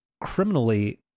criminally